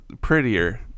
prettier